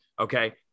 Okay